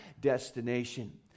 destination